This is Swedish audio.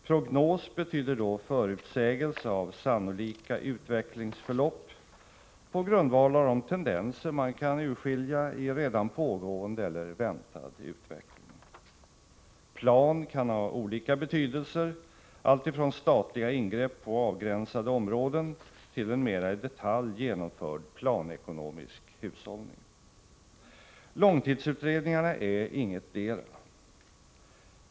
Prognos betyder då förutsägelse av sannolika utvecklingsförlopp på grundval av de tendenser man kan urskilja i redan pågående eller väntad utveckling. Plan kan ha olika betydelser, alltifrån statliga ingrepp på avgränsade områden till en mera i detalj genomförd planekonomisk hushållning. Långtidsutredningarna är ingetdera.